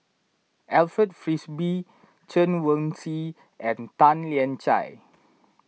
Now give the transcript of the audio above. Alfred Frisby Chen Wen Hsi and Tan Lian Chye